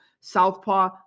southpaw